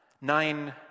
nine